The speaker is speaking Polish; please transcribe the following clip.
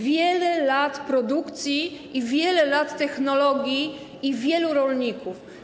Wiele lat produkcji, wiele lat technologii i wielu rolników.